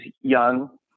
young